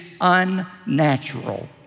unnatural